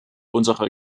unsere